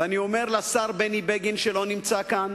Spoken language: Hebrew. ואני אומר לשר בני בגין שלא נמצא כאן,